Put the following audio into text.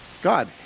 God